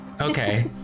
Okay